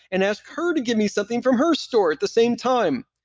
and ask her to give me something from her store at the same time.